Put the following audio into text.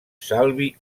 salvi